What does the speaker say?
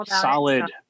solid